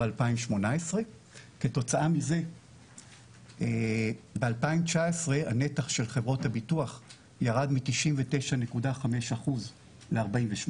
2018. כתוצאה מזה ב- 2019 הנתח של חברות הביטוח ירד מ- 99.5% ל- 48%,